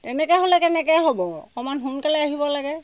তেনেকৈ হ'লে কেনেকৈ হ'ব অকণমান সোনকালে আহিব লাগে